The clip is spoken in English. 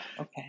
Okay